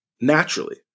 naturally